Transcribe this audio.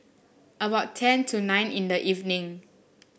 about ten to nine in the evening